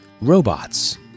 Robots